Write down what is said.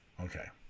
Okay